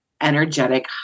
energetic